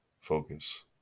Focus